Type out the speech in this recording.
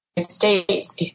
States